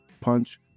Punch